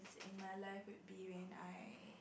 is in my life would be when I